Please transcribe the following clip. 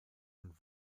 und